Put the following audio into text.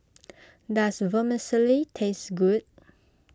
does Vermicelli taste good